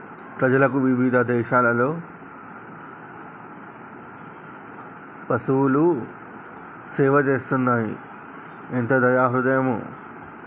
ప్రజలకు ఇవిధ దేసాలలో పసువులు సేవ చేస్తున్నాయి ఎంత దయా హృదయమో